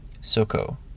Soko